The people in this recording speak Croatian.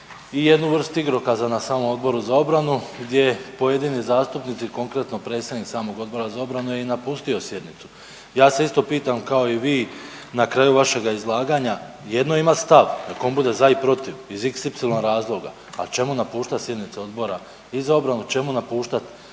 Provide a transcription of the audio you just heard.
i jednu vrstu igrokaza na samom Odboru za obranu gdje pojedini zastupnici, konkretno predsjednik samog Odbora za obranu je i napustio sjednicu. Ja se isto pitam kao i vi na kraju vašega izlaganja, jedno je imati stav nek on bude za i protiv iz xy razloga, ali čemu napuštat sjednicu Odbora za obranu, čemu napuštat